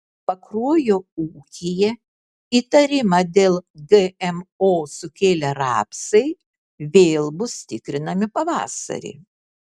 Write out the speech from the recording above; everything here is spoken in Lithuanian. pakruojo ūkyje įtarimą dėl gmo sukėlę rapsai vėl bus tikrinami pavasarį